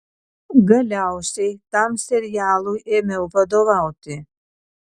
galiausiai tam serialui ėmiau vadovauti